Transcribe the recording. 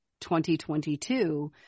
2022